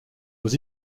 aux